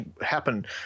happen